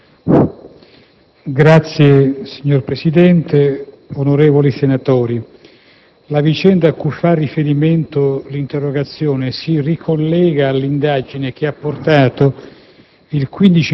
Signor Presidente, onorevoli senatori, la vicenda cui fa riferimento l'interrogazione si ricollega all'indagine che ha portato,